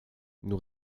nous